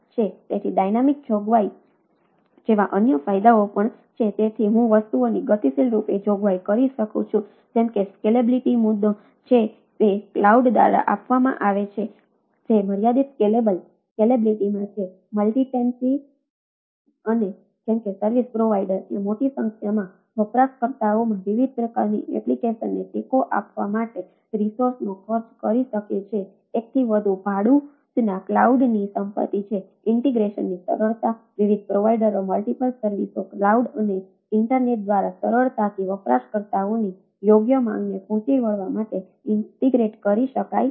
તેથી ડાયનામીક અને ઇન્ટરનેટ દ્વારા સરળતાથી વપરાશકર્તાઓની યોગ્ય માંગને પહોંચી વળવા માટે ઇંન્ટીગ્રેટ કરી શકાય છે